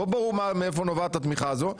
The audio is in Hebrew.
לא ברור מאיפה נובעת התמיכה הזו,